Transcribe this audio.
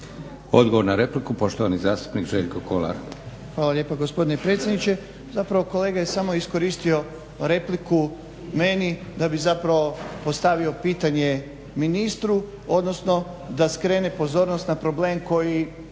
Odgovor na repliku poštovani zastupnik Željko Kolar.